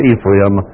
Ephraim